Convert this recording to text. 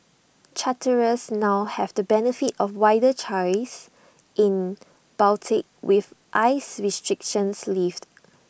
charterers now have the benefit of wider choice in Baltic with ice restrictions lifted